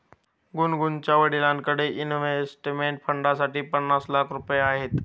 गुनगुनच्या वडिलांकडे इन्व्हेस्टमेंट फंडसाठी पन्नास लाख रुपये आहेत